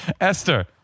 Esther